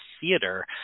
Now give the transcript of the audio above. theater